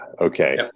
okay